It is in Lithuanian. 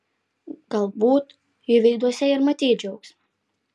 galbūt jų veiduose ir matei džiaugsmą